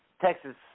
Texas